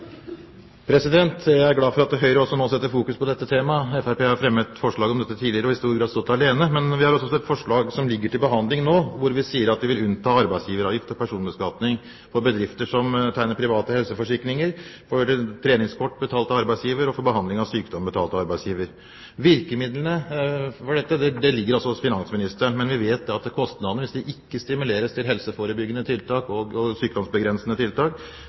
glad for at også Høyre nå setter fokus på dette temaet. Fremskrittspartiet har fremmet forslag om dette tidligere og har i stor grad stått alene. Vi har også fremmet et forslag som ligger til behandling nå, om å unnta private helseforsikringer fra arbeidsgiveravgift og personbeskatning, likeså treningskort betalt av arbeidsgiver og behandling av sykdom betalt av arbeidsgiver. Virkemidlene for dette ligger hos finansministeren. Men vi vet at kostnadene, hvis det ikke stimuleres til helseforebyggende tiltak og sykdomsbegrensende tiltak, vil havne på helseministerens bord. Sosialdemokratene i Sverige har skjønt denne dynamikken. Spørsmålet mitt blir om helseministeren deler Fremskrittspartiets og